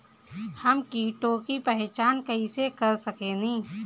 हम कीटों की पहचान कईसे कर सकेनी?